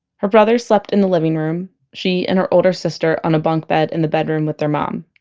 her brother slept in the living room. she and her older sister on a bunk bed in the bedroom with their mom.